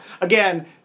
Again